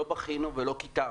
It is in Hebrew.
לא בכינו ולא קיטרנו.